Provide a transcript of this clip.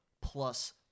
plus